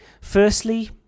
Firstly